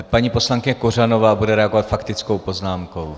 Paní poslankyně Kořanová bude reagovat faktickou poznámkou.